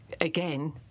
again